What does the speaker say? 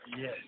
Yes